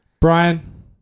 Brian